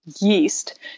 yeast